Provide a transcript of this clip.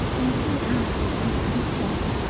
and he answered equally straight.